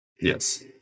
Yes